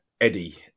Eddie